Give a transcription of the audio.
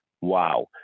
Wow